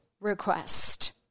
request